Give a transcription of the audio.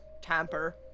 tamper